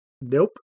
Nope